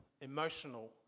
emotional